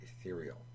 ethereal